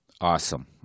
Awesome